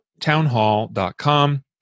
townhall.com